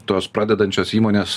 tos pradedančios įmonės